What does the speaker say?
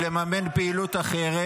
לממן פעילות אחרת,